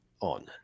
on